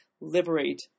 liberate